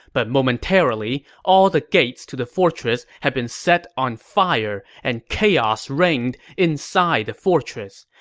but momentarily, all the gates to the fortress had been set on fire, and chaos reigned inside the fortress.